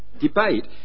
debate